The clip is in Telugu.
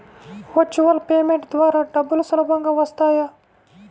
వర్చువల్ పేమెంట్ ద్వారా డబ్బులు సులభంగా వస్తాయా?